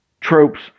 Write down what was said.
tropes